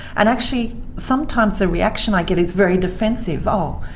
and actually, sometimes the reaction i get is very defensive oh,